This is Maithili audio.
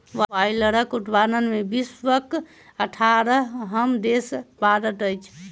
बायलरक उत्पादन मे विश्वक अठारहम देश भारत अछि